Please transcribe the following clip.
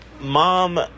mom